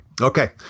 Okay